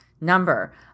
number